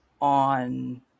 on